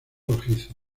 rojizo